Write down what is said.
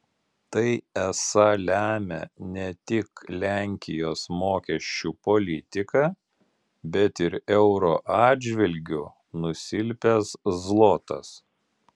tai esą lemia ne tik lenkijos mokesčių politika bet ir euro atžvilgiu nusilpęs zlotas